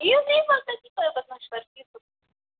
یِیِو وَلہٕ ییٚتی کَرو پَتہٕ مشوَرٕ کیٚنٛہہ چھُنہٕ